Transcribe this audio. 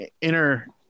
inner